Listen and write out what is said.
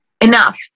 enough